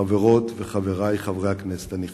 חברותי וחברי חברי הכנסת הנכבדים,